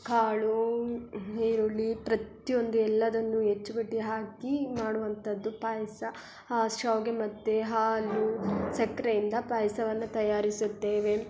ಕಾಳು ಈರುಳ್ಳಿ ಪ್ರತಿಯೊಂದು ಎಲ್ಲವನ್ನು ಹೆಚ್ ಬಿಟ್ಟು ಹಾಕಿ ಮಾಡುವಂಥದ್ದು ಪಾಯಸ ಶಾವಿಗೆ ಮತ್ತು ಹಾಲು ಸಕ್ಕರೆಯಿಂದ ಪಾಯಸವನ್ನ ತಯಾರಿಸುತ್ತೇವೆ